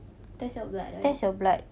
test your blood right